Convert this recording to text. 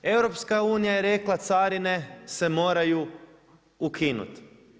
EU je rekla carine se moraju ukinuti.